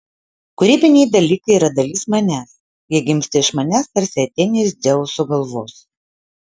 kūrybiniai dalykai yra dalis manęs jie gimsta iš manęs tarsi atėnė iš dzeuso galvos